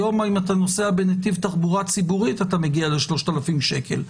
היום אם אתה נוסע בנתיב תחבורה ציבורית אתה מגיע ל-3,000 שקלים.